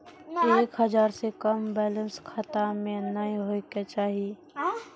एक हजार से कम बैलेंस खाता मे नैय होय के चाही